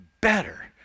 better